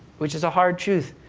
which is a hard truth.